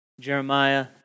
Jeremiah